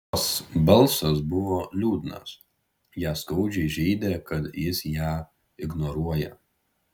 jos balsas buvo liūdnas ją skaudžiai žeidė kad jis ją ignoruoja